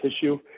tissue